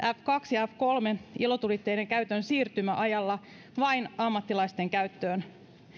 f kaksi ja f kolmen ilotulitteiden käytön siirtymäajalla vain ammattilaisten käyttöön